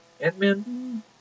Ant-Man